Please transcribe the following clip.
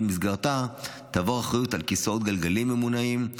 שבמסגרתה תעבור האחריות על כיסאות גלגלים ממונעים,